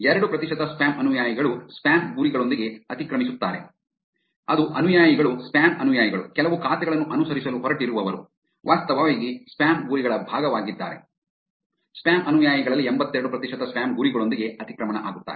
ಎರಡು ಪ್ರತಿಶತ ಸ್ಪ್ಯಾಮ್ ಅನುಯಾಯಿಗಳು ಸ್ಪ್ಯಾಮ್ ಗುರಿಗಳೊಂದಿಗೆ ಅತಿಕ್ರಮಿಸುತ್ತಾರೆ ಅದು ಅನುಯಾಯಿಗಳು ಸ್ಪ್ಯಾಮ್ ಅನುಯಾಯಿಗಳು ಕೆಲವು ಖಾತೆಗಳನ್ನು ಅನುಸರಿಸಲು ಹೊರಟಿರುವವರು ವಾಸ್ತವವಾಗಿ ಸ್ಪ್ಯಾಮ್ ಗುರಿಗಳ ಭಾಗವಾಗಿದ್ದಾರೆ ಸ್ಪ್ಯಾಮ್ ಅನುಯಾಯಿಗಳಲ್ಲಿ ಎಂಭತ್ತೆರಡು ಪ್ರತಿಶತ ಸ್ಪ್ಯಾಮ್ ಗುರಿಗಳೊಂದಿಗೆ ಅತಿಕ್ರಮಣ ಆಗುತ್ತಾರೆ